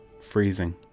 freezing